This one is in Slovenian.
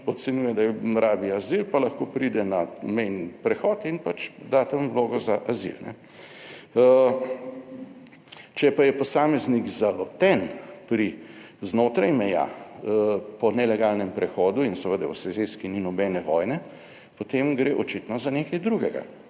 pa ocenjuje, da rabi azil pa lahko pride na mejni prehod in da tam vlogo za azil. Če pa je posameznik zaloten znotraj meja po nelegalnem prehodu in seveda v soseski ni nobene vojne, potem gre očitno za nekaj drugega,